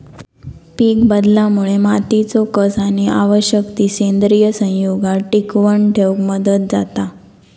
पीकबदलामुळे मातीचो कस आणि आवश्यक ती सेंद्रिय संयुगा टिकवन ठेवक मदत जाता